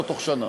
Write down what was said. לא בתוך שנה,